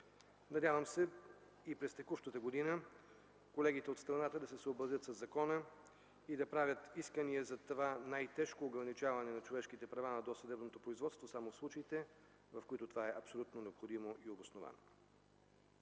Надявам се и през текущата година колегите от страната да се съобразят със закона и да правят искания за това най-тежко ограничаване на човешките права на досъдебното производство само в случаите, в които това е абсолютно необходимо и обосновано.